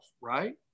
right